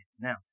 Now